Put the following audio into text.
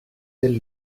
elle